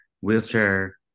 wheelchair